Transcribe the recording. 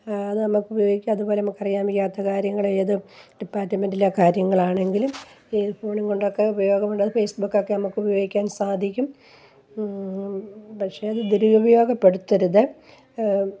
അത് നമ്മള്ക്ക് ഉപയോഗിക്കാം അതുപോലെ നമുക്കറിയാ ത്ത കാര്യങ്ങള് ഏത് ഡിപ്പാർട്ട്മെൻറ്റിലെ കാര്യങ്ങളാണെങ്കിലും ഈ ഫോണും കൊണ്ടൊക്കെ ഉപയോഗമുണ്ട് അത് ഫേസ്ബുക്കൊക്കെ നമ്മള്ക്ക് ഉപയോഗിക്കാൻ സാധിക്കും പക്ഷേ അത് ദുരുപയോഗപ്പെടുത്തരുത്